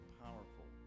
powerful